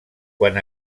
quan